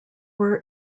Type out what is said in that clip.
were